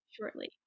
shortly